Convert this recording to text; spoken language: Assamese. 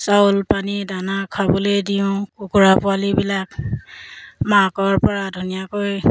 চাউল পানী দানা খাবলৈ দিওঁ কুকুৰা পোৱালিবিলাক মাকৰপৰা ধুনীয়াকৈ